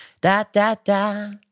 da-da-da